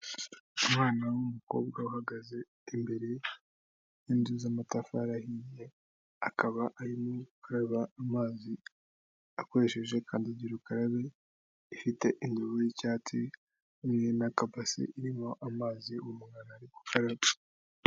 Umwana w'umukobwa uhagaze imbere y'inzu z'amatafari ahiye akaba arimo gukaraba amazi akoresheje kandidagira ukarabe ifite indobo y'icyatsi hamwe n'akabase irimo amazi uwo umwanawana ari gukaraba.